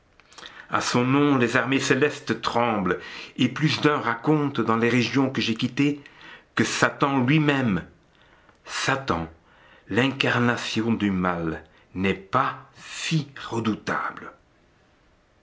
a son nom les armées célestes tremblent et plus d'un raconte dans les régions que j'ai quittées que satan lui-même satan l'incarnation du mal n'est pas si redoutable